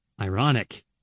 Ironic